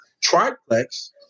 triplex